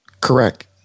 correct